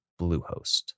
Bluehost